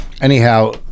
Anyhow